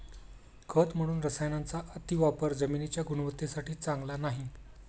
खत म्हणून रसायनांचा अतिवापर जमिनीच्या गुणवत्तेसाठी चांगला नाही